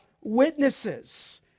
witnesses